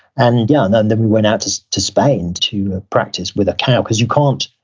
and yeah and and then we went out to to spain to practice with a cow, cause you can't,